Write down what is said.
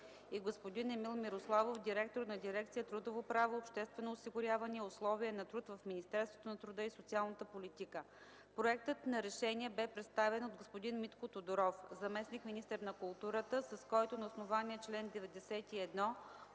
и господин Емил Мирославов – директор на дирекция „Трудово право, обществено осигуряване и условия на труд” в Министерството на труда и социалната политика. Проектът на решение бе представен от господин Митко Тодоров – заместник-министър на културата, с който на основание чл. 91